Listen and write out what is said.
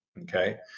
okay